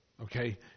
okay